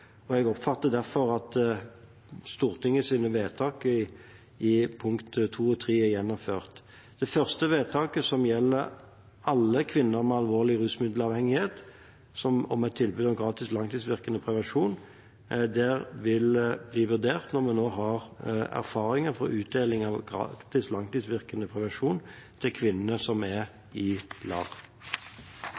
og jeg oppfatter derfor at Stortingets vedtak punkt II og III 28. april 2016 er gjennomført. Det første vedtaket som gjelder alle kvinner med alvorlig rusmiddelavhengighet om et tilbud om gratis langtidsvirkende prevensjon, vil bli vurdert når vi nå har erfaring for utdelinger av gratis langtidsvirkende prevensjon til kvinnene som er i LAR.